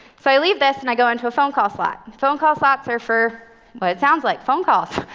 so i leave this, and i go into a phone call slot. phone call slots are for what it sounds like phone calls.